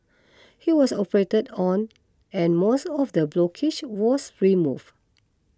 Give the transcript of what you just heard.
he was operated on and most of the blockage was removed